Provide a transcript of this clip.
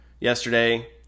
yesterday